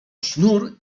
sznur